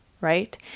right